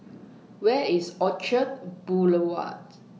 Where IS Orchard Boulevard